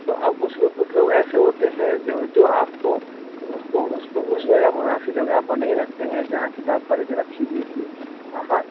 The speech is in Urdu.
تو اب اس میں کچھ لوگ ایسے ہوتے ہیں جو جو آپ کو اس کو اس کو اس جگہ مناسب جگہ پر نہیں رکھتے ہیں جہاں کتاب پہلے سے رکھی ہوئی تھی ہاں